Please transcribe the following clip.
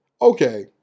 Okay